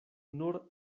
nur